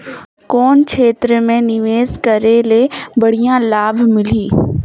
कौन क्षेत्र मे निवेश करे ले बढ़िया लाभ मिलही?